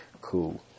Cool